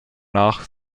nach